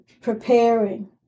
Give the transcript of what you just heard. preparing